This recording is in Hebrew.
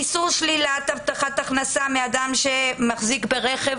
איסור שלילת הבטחת הכנסה מאדם שמחזיק ברכב